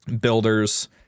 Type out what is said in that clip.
builders